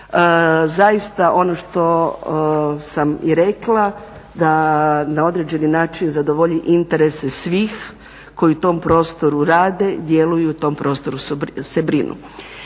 zaista ono što sam i rekla da na određeni način zadovolji interese svih koji u tom prostoru rade, djeluju, o tom prostoru se brinu.